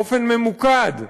באופן ממוקד,